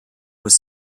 was